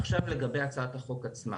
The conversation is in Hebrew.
עכשיו לגבי הצעת החוק עצמה,